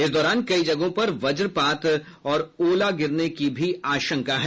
इस दौरान कई जगहों पर वज्रपात और ओले गिरने की भी आशंका है